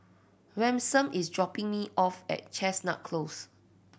Ransom is dropping me off at Chestnut Close